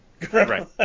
Right